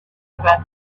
about